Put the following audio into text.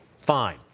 Fine